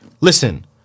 Listen